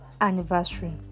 anniversary